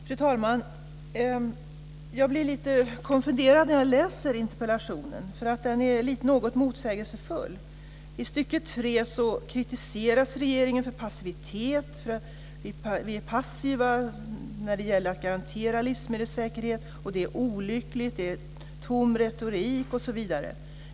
Fru talman! Jag blir lite konfunderad när jag läser interpellationen. Den är något motsägelsefull. I stycket 3 kritiseras regeringen för passivitet. Vi är passiva när det gäller att garantera livsmedelssäkerhet, och det är olyckligt. Det är tom retorik, osv.